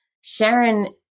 Sharon